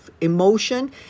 emotion